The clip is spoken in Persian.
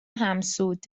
همسود